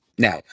Now